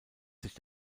sich